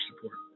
support